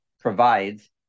provides